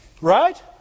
Right